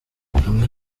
hamwe